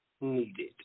needed